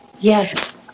Yes